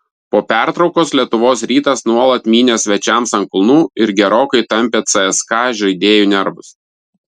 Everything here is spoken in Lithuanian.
po pertraukos lietuvos rytas nuolat mynė svečiams ant kulnų ir gerokai tampė cska žaidėjų nervus